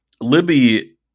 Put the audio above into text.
Libby